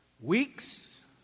weeks